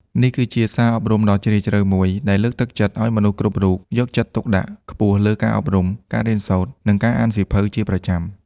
នេះគឺជា សារអប់រំដ៏ជ្រាលជ្រៅមួយ ដែលលើកទឹកចិត្តឱ្យមនុស្សគ្រប់រូបយកចិត្តទុកដាក់ខ្ពស់លើ ការអប់រំ ការរៀនសូត្រ និងការអានសៀវភៅ ជាប្រចាំ។